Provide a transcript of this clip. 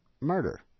murder